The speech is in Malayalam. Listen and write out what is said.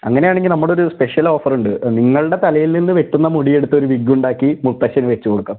അങ്ങനെയാണെങ്കിൽ നമ്മളൊരു സ്പെഷ്യൽ ഓഫറുണ്ട് നിങ്ങളുടെ തലയിൽ നിന്ന് വെട്ടുന്ന മുടിയെടുത്തൊരു വിഗുണ്ടാക്കി മുത്തശ്ശന് വെച്ചോടുക്കാം